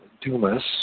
Dumas